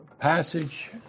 passage